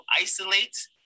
isolate